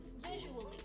visually